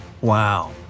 Wow